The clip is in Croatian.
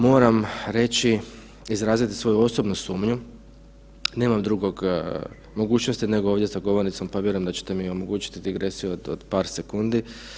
Moram reći, izraziti svoju osobnu sumnju, nemam drugog mogućnosti nego ovdje za govornicom, pa vjerujem da ćete mi omogućit digresiju od par sekundi.